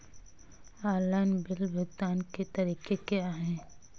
Online bill भुगतान के तरीके क्या हैं?